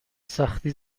سختی